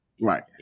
Right